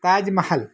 Taj Mahal